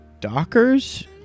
Dockers